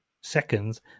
seconds